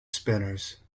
spinners